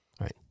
right